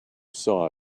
saw